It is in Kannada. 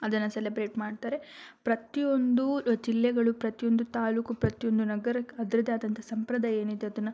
ಅದನ್ನು ಸೆಲಬ್ರೇಟ್ ಮಾಡ್ತಾರೆ ಪ್ರತಿಯೊಂದು ಜಿಲ್ಲೆಗಳು ಪ್ರತಿಯೊಂದು ತಾಲೂಕು ಪ್ರತಿಯೊಂದು ನಗರಕ್ಕೆ ಅದರದ್ದೆ ಆದಂಥ ಸಂಪ್ರದಾಯ ಏನಿದೆ ಅದನ್ನು